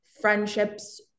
friendships